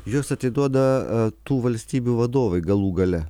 juos atiduoda tų valstybių vadovai galų gale